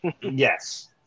Yes